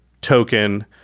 token